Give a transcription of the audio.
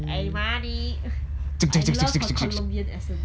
eh manny I love her colombian accent